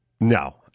No